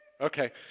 Okay